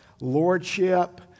Lordship